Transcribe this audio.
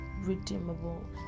redeemable